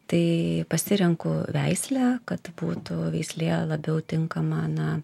tai pasirenku veislę kad būtų veislė labiau tinkama na